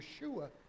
Yeshua